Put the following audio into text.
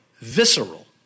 Visceral